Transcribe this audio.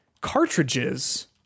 cartridges